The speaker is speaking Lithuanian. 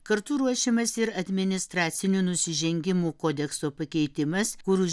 kartu ruošimas ir administracinių nusižengimų kodekso pakeitimas kur už